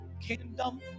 kingdom